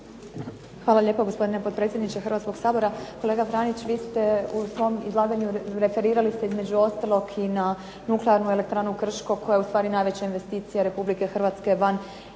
Hvala lijepa, gospodine potpredsjedniče Hrvatskoga sabora. Kolega Franić, vi ste se u svom izlaganju referirali između ostalog i na Nuklearnu elektranu Krško koja je ustvari najveća investicija Republike Hrvatske van